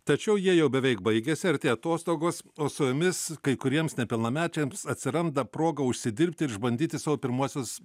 tačiau jie jau beveik baigėsi artėja atostogos o su jomis kai kuriems nepilnamečiams atsiranda proga užsidirbti ir išbandyti savo pirmuosius